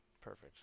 perfect